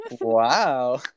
wow